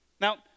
Now